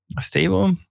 Stable